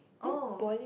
oh